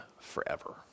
forever